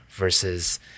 versus